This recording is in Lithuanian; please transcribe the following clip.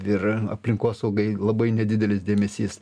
ir aplinkosaugai labai nedidelis dėmesys